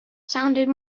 sounded